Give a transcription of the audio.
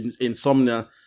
insomnia